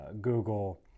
Google